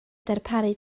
darparu